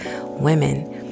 women